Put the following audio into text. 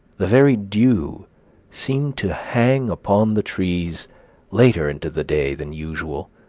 the very dew seemed to hang upon the trees later into the day than usual,